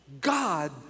God